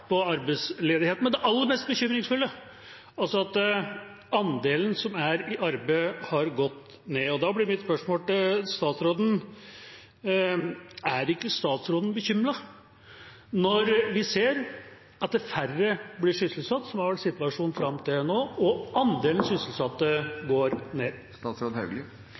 Men det aller mest bekymringsfulle er at andelen som er i arbeid, har gått ned. Da blir mitt spørsmål til statsråden: Er ikke statsråden bekymret når vi ser at færre blir sysselsatt, som har vært situasjonen fram til nå, og andelen sysselsatte går ned?